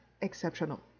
exceptional